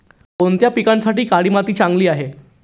कोणत्या पिकासाठी काळी माती चांगली आहे?